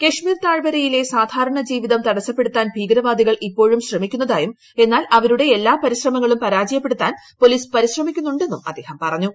കശ്മീർ താഴ്വരയിലെ സാധാരണ ജീവിതം തടസപ്പെടുത്താൻ ഭീകരവാദികൾ ഇപ്പോഴും ശ്രമിക്കുന്നതായും എന്നാൽ അവരുടെ എല്ലാ ശ്രമങ്ങളും പരാജയപ്പെടുത്താൻ പോലീസ് പരിശ്രമിക്കുന്നു ന്നും അദ്ദേഹം പറഞ്ഞു